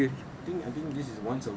I agree agree